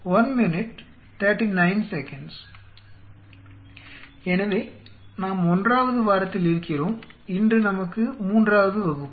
எனவே நாம் 1 வது வாரத்தில் இருக்கிறோம் இன்று நமக்கு 3 வது வகுப்பு